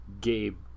Gabe